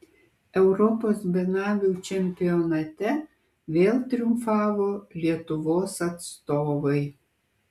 europos benamių čempionate vėl triumfavo lietuvos atstovai